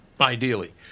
ideally